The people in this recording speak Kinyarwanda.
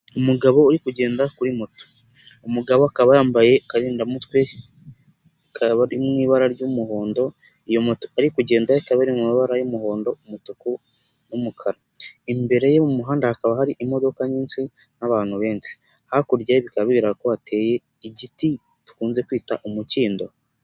Umugabo uri kugenda kuri moto, uwo umugabo akaba yambaye akarindamutwe kari mu ibara ry'umuhondo, iyo moto ari kugendaho ikaba iri mu mabara y'umuhondo, umutuku n'umukara, imbere ye mu muhanda hakaba hari imodoka nyinshi n'abantu benshi, hakurya bikaba bigaragara ko hateye igiti bakunze kwita umukindo.